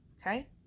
okay